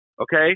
okay